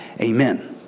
Amen